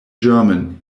german